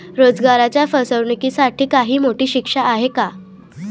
रोजगाराच्या फसवणुकीसाठी काही मोठी शिक्षा आहे का?